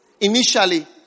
Initially